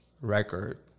record